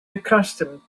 accustomed